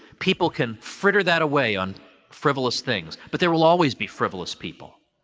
people can fritter that away on frivolous things, but there will always be frivolous people.